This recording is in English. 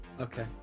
Okay